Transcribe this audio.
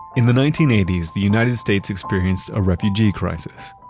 in the nineteen eighty s, the united states experienced a refugee crisis.